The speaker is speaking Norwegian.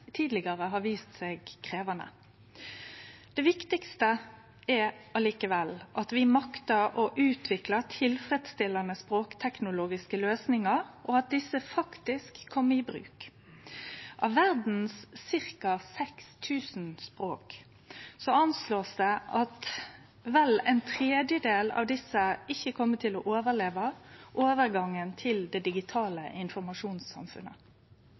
tidlegare har vist seg krevjande. Det viktigaste er likevel at vi maktar å utvikle tilfredsstillande språkteknologiske løysingar, og at dei faktisk kjem i bruk. Av verdas ca. 6 000 språk blir det anslått at vel ein tredjedel ikkje kjem til å overleve overgangen til det digitale